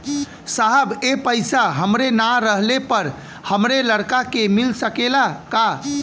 साहब ए पैसा हमरे ना रहले पर हमरे लड़का के मिल सकेला का?